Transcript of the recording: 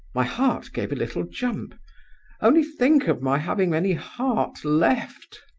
my heart gave a little jump only think of my having any heart left!